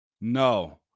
No